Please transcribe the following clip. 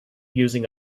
using